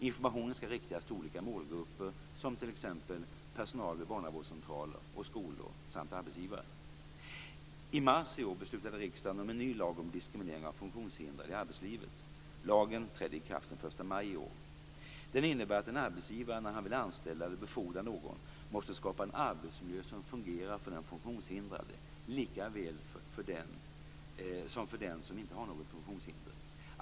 Informationen skall riktas till olika målgrupper som t.ex. personal vid barnavårdscentraler och skolor samt arbetsgivare. Lagen trädde i kraft den 1 maj i år. Den innebär att en arbetsgivare när han vill anställa eller befordra någon måste skapa en arbetsmiljö som fungerar för den funktionshindrade likaväl som för den som inte har något funktionshinder.